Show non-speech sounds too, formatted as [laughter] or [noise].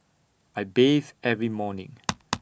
I bathe every morning [noise]